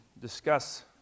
discuss